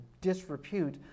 disrepute